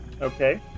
Okay